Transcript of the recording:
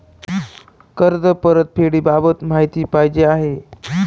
कर्ज परतफेडीबाबत माहिती पाहिजे आहे